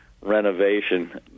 renovation